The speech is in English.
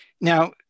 Now